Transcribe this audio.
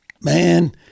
man